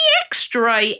extra